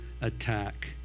attack